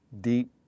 deep